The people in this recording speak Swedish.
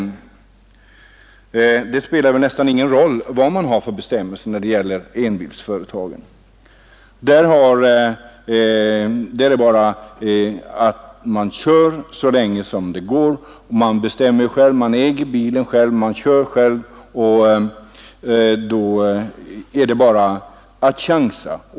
När det gäller dem spelar det nästan ingen roll vad vi har för bestämmelser; där körs det så länge det går. Man bestämmer själv — man äger bilen och kör den själv — där chansas det vilt.